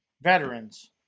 veterans